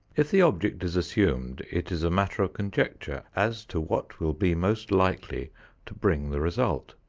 if the object is assumed it is a matter of conjecture as to what will be most likely to bring the result.